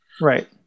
right